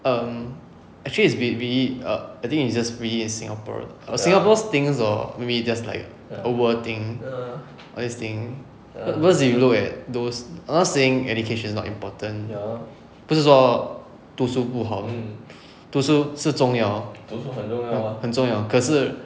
um actually is maybe err I think is just we is singaporean singapore thinks hor we just like overthink always think because we look at those not saying education is not important 不是说读书不好读书是重要很重要可是